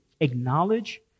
acknowledge